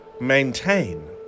maintain